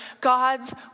God's